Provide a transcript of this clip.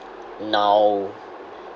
now